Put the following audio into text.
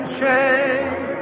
shame